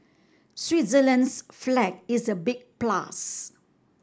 Switzerland's flag is a big plus